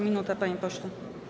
Minuta, panie pośle.